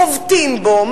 חובטים בו,